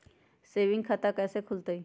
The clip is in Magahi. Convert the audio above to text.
सेविंग खाता कैसे खुलतई?